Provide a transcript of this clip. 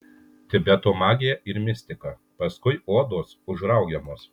tibeto magija ir mistika paskui odos užraugiamos